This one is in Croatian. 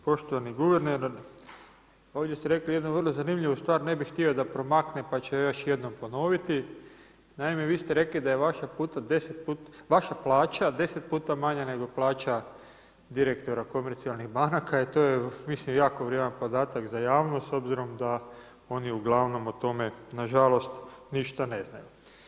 Poštovani guverner, ovdje ste rekli, jednu vrlo zanimljivu stvar, ne bih htio da promakne, pa ću je još jednom ponoviti, naime, vi ste rekli da je vaša plaća 10 puta manja nego plaća direktora komercijalnih banaka i to je mislim jako vrijedan podatak za javnost, s obzirom da oni ugl. o tome nažalost ništa ne znaju.